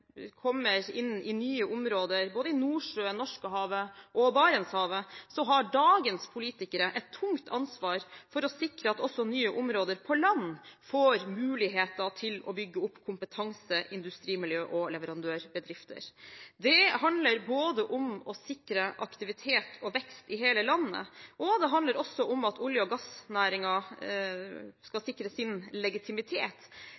kommer inn i nye områder, både i Nordsjøen, i Norskehavet og i Barentshavet, har dagens politikere et tungt ansvar for å sikre at også nye områder på land får muligheter til å bygge opp kompetanse, industrimiljø og leverandørbedrifter. Det handler både om å sikre aktivitet og vekst i hele landet og om at olje- og gassnæringen skal